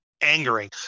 angering